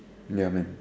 ya man